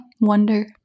wonder